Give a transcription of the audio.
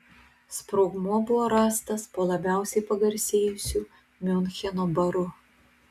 sprogmuo buvo rastas po labiausiai pagarsėjusiu miuncheno baru